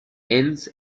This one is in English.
enz